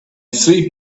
three